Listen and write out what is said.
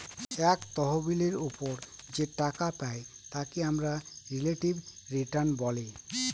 এক তহবিলের ওপর যে টাকা পাই তাকে আমরা রিলেটিভ রিটার্ন বলে